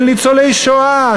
על ניצולי שואה.